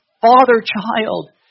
father-child